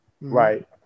right